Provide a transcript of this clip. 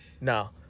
no